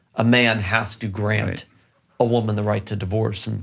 a man has to grant a woman the right to divorce, and